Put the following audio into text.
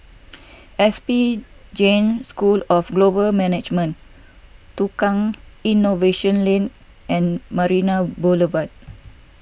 S P Jain School of Global Management Tukang Innovation Lane and Marina Boulevard